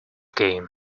game